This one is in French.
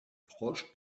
proche